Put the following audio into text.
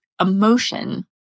emotion